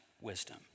wisdom